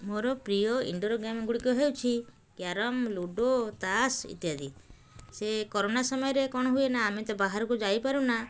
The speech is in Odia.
ମୋର ପ୍ରିୟ ଇଣ୍ଡୋର୍ ଗେମ୍ଗୁଡ଼ିକ ହେଉଛି କ୍ୟାରମ୍ ଲୁଡ଼ୋ ତାସ୍ ଇତ୍ୟାଦି ସେ କରୋନା ସମୟରେ କ'ଣ ହୁଏ ନା ଆମେ ତ ବାହାରକୁ ଯାଇପାରୁନା